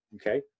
Okay